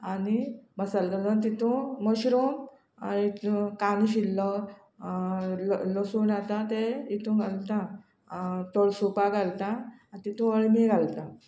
आनी मसालो घालून तितूंत मशरूम आनी कांदो शिनलो ल लसूण आतां ते हितूंक घालता तोळसुपा घालता तितूंत अळमी घालता